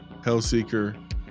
Hellseeker